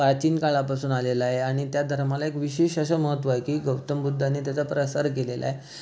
प्राचीन काळापासून आलेला आहे आणि त्या धर्माला एक विशेष असं महत्त्व आहे की गौतम बुद्धाने त्याचा प्रसार केलेला आहे